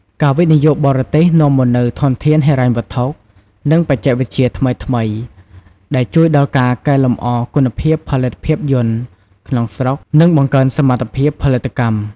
ការវិនិយោគបរទេសនាំមកនូវធនធានហិរញ្ញវត្ថុ និងបច្ចេកវិទ្យាថ្មីៗ ដែលជួយដល់ការកែលម្អគុណភាពផលិតភាពយន្តក្នុងស្រុក និងបង្កើនសមត្ថភាពផលិតកម្ម។